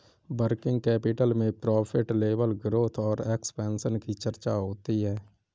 working capital में profit level growth और expansion की चर्चा होती है